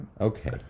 Okay